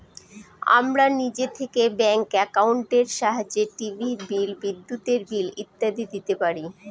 আমরা নিজে থেকে ব্যাঙ্ক একাউন্টের সাহায্যে টিভির বিল, বিদ্যুতের বিল ইত্যাদি দিতে পারি